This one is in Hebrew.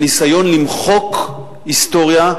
ניסיון למחוק היסטוריה,